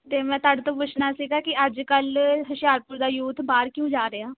ਅਤੇ ਮੈਂ ਤੁਹਾਡੇ ਤੋਂ ਪੁੱਛਣਾ ਸੀਗਾ ਕਿ ਅੱਜ ਕੱਲ੍ਹ ਹੁਸ਼ਿਆਰਪੁਰ ਦਾ ਯੂਥ ਬਾਹਰ ਕਿਉਂ ਜਾ ਰਿਹਾ